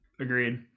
Agreed